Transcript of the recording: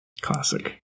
Classic